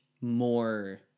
more